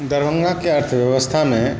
दरभङ्गाके अर्थव्यवस्थामे